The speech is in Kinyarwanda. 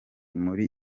muri